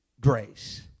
grace